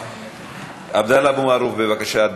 עבדאללה אבו מערוף, בבקשה.